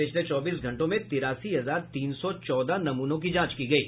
पिछले चौबीस घंटों में तिरासी हजार तीन सौ चौदह नमूनों की जांच की गयी